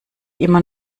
immer